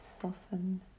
soften